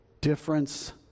difference